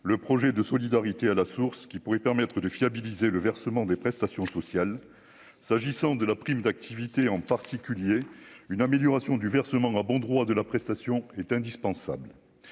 le projet de solidarité à la source, qui pourrait permettre de fiabiliser le versement des prestations sociales, s'agissant de la prime d'activité en particulier une amélioration du versement à bon droit, de la prestation est indispensable,